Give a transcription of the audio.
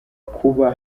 kuba